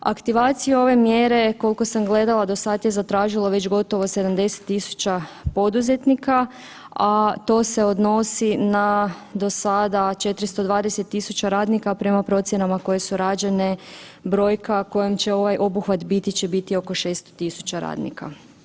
Aktivacija ove mjere, kolko sam gledala, dosad je zatražilo već gotovo 70 000 poduzetnika, a to se odnosi na dosada 420 000 radnika prema procjenama koje su rađene, brojka kojom će ovaj obuhvat biti će biti oko 6000 radnika.